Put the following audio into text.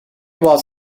was